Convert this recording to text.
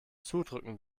zudrücken